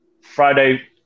Friday